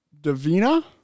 Davina